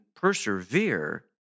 persevere